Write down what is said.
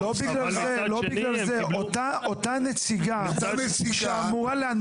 באותם הנתונים כמו שהיו